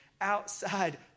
outside